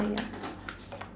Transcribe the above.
!aiya!